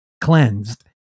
cleansed